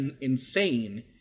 insane